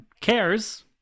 cares